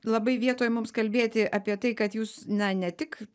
labai vietoj mums kalbėti apie tai kad jūs na ne tik